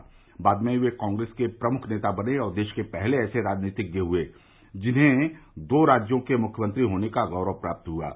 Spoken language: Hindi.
वह बाद में कांग्रेस के प्रमुख नेता बने और देश के पहले ऐसे राजनीतिज्न हुए जिन्हें दो राज्यों के मुख्यमंत्री होने का गोरव प्राप्त हुआ है